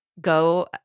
go